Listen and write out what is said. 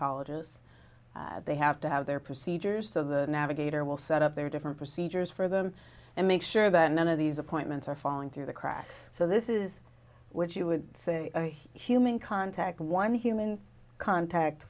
oncologists they have to have their procedures so the navigator will set up their different procedures for them and make sure that none of these appointments are falling through the cracks so this is what you would say human contact one human contact